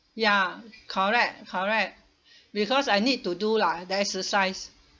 ya correct correct because I need to do lah the exercise